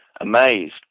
amazed